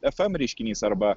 fm reiškinys arba